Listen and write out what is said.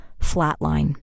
flatline